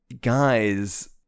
guys